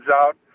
out